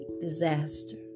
disaster